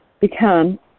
become